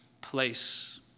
place